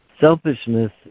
Selfishness